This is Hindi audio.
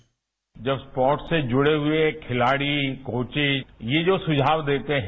बाइट जब स्पोर्ट्स से जुड़े हुए खिलाड़ी कोचेज ये जो सुझाव देते हैं